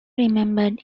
remembered